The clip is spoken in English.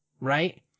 right